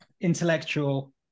Intellectual